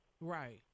Right